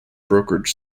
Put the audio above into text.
brokerage